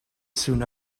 soon